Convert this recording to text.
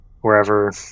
...wherever